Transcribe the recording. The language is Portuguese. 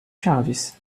chaves